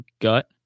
gut